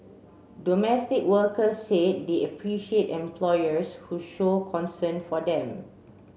domestic workers said they appreciate employers who show concern for them